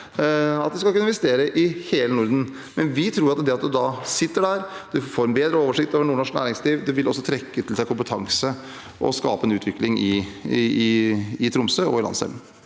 lest, skal de kunne investere i hele Norden. Vi tror at ved at man sitter der, vil man få bedre oversikt over nordnorsk næringsliv. Det vil også trekke til seg kompetanse og skape en utvikling i Tromsø og i landsdelen.